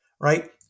right